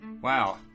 Wow